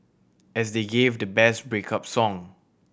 as they gave the best break up song